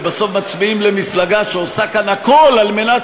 ובסוף מצביעים למפלגה שעושה כאן הכול על מנת